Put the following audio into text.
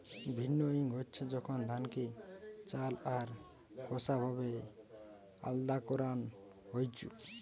ভিন্নউইং হচ্ছে যখন ধানকে চাল আর খোসা ভাবে আলদা করান হইছু